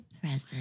present